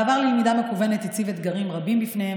המעבר ללמידה מקוונת הציב אתגרים רבים בפניהם,